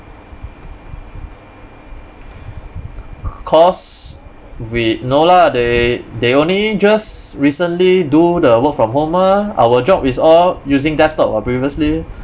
cause we no lah they they only just recently do the work from home mah our job is all using desktop [what] previously